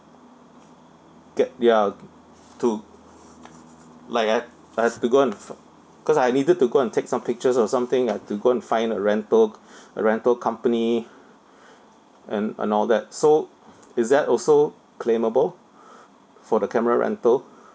get ya to like I I have to go and fi~ cause I needed to go and take some pictures or something I'd to go and find a rental a rental company and and all that so is that also claimable for the camera rental